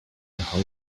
how